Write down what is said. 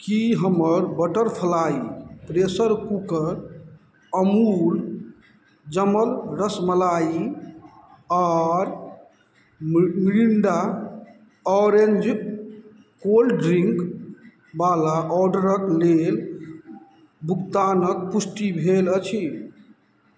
कि हमर butterfly pressure cooker Amul जमल रसमलाइ आओर मिर मिरिण्डा ऑरेन्ज कोल्ड ड्रिन्कवला ऑडरके लेल भुगतानके पुष्टि भेल अछि